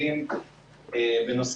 אנחנו מרגישים די בנוח עם מה שאנחנו